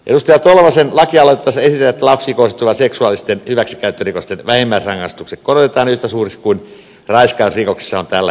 edustaja tolvasen lakialoitteessa esitetään että lapsiin kohdistuvien seksuaalisten hyväksikäyttörikosten vähimmäisrangaistukset korotetaan yhtä suuriksi kuin raiskausrikoksissa on tällä hetkellä